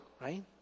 right